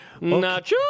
Nacho